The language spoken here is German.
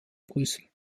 brüssel